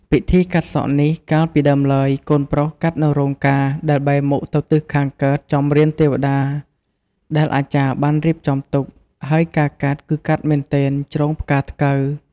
ពិធីកាត់សក់នេះកាលពីដើមឡើយ កូនប្រុសកាត់នៅរោងការដែលបែរមុខទៅទិសខាងកើតចំរានទេវតា ដែលអាចារ្យបានរៀបចំទុក ហើយការកាត់ គឺកាត់មែនទែន ជ្រងផ្កាថ្កូវ ។